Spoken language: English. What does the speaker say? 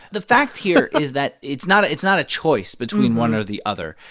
the fact here is that it's not it's not a choice between one or the other.